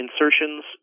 insertions